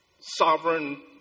sovereign